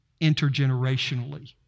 intergenerationally